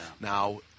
Now